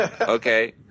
Okay